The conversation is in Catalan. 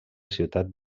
ciutat